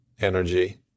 energy